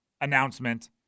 announcement